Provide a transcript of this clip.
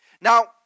Now